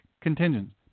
contingent